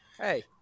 Hey